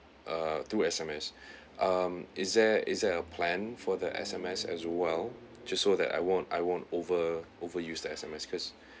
uh through S_M_S um is there is there a plan for the S_M_S as well just so that I won't I won't over over used the S_M_S because I